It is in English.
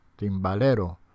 Timbalero